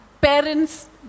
Parents